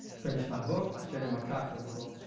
finished my book. i sent him a copy of a book.